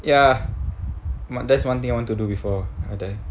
ya that's one thing I want to do before okay